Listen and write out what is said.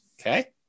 Okay